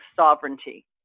Sovereignty